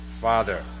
Father